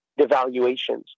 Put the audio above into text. devaluations